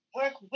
work